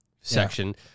section